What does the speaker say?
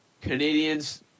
Canadians